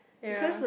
ya